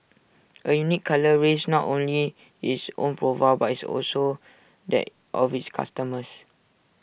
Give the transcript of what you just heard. A unique colour raises not only its own profile but its also that of its customers